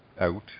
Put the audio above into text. out